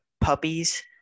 puppies